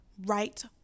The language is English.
right